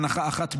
הנחה אחת בלבד,